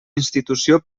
institució